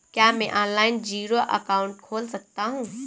क्या मैं online zero account खोल सकता हूँ?